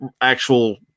actual